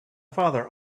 father